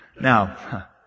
Now